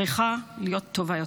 צריכה להיות טובה יותר.